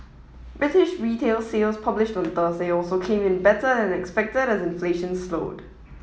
British retail sales published on Thursday also came in better than expected as inflation slowed